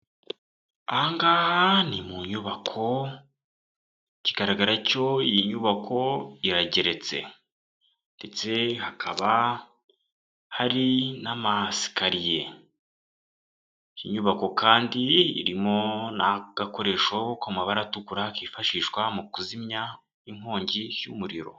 Aha ngaha ni mu nyubako ikigaragara cyo iyi nyubako irageretse ndetse hakaba hari n'amasikariye, iyi nyubako kandi irimo n'agakoresho k'amabara atukura kifashishwa mu kuzimya inkongi y'umuriro.